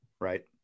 right